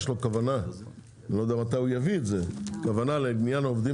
יש לו כוונה להביא רפורמה לעניין העובדים